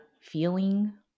feeling